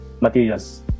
materials